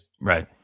Right